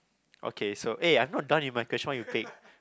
okay so eh I'm not done with my question why you take